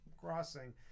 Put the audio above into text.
crossing